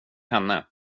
henne